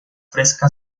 fresca